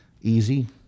easy